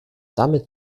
damit